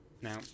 Now